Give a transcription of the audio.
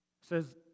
says